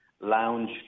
lounge